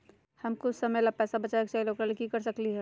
हम कुछ समय ला पैसा बचाबे के चाहईले ओकरा ला की कर सकली ह?